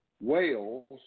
Wales